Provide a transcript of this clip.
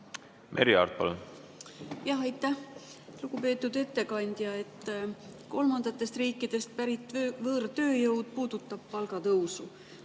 Merry Aart, palun! Jah, aitäh! Lugupeetud ettekandja! Kolmandatest riikidest pärit võõrtööjõud puudutab palgatõusu.